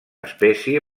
espècie